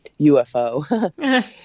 UFO